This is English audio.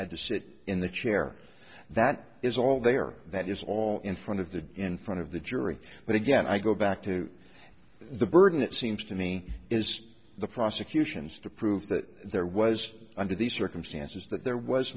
had to sit in the chair that is all they are that is all in front of the in front of the jury but again i go back to the burden it seems to me is the prosecutions to prove that there was under these circumstances that there was